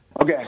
Okay